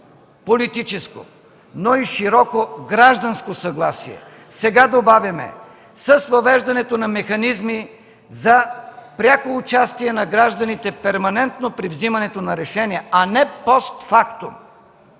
политическо съгласие, но и широко гражданско съгласие. Сега добавяме – с въвеждането на механизми за пряко участие на гражданите перманентно при взимането на решения, а не постфактум.